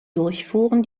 durchfuhren